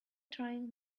trying